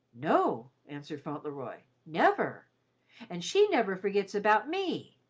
no, answered fauntleroy, never and she never forgets about me.